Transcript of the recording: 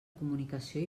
comunicació